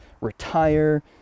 retire